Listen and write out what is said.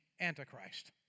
Antichrist